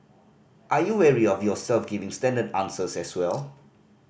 are you wary of yourself giving standard answers as well